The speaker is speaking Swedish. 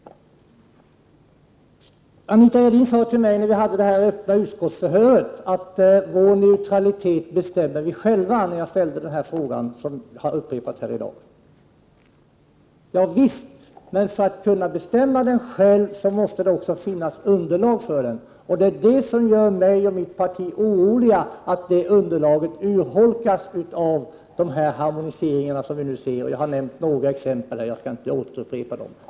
Anita Gradin sade till mig under det öppna utskottsförhöret i ärendet, när jagställde den fråga som jag upprepat här i dag, att vår neutralitet bestämmer vi själva. Ja visst, men för att vi själva skall kunna bestämma neutraliteten måste det också finnas ett underlag. Vad som gör mig och mitt parti oroliga är att det underlaget urholkas genom dessa harmoniseringar. Jag har nämnt några exempel; jag skall inte upprepa dem.